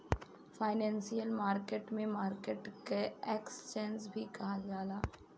financial market में market के exchange भी कहल जाला